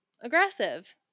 aggressive